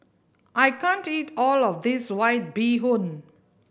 I can't eat all of this White Bee Hoon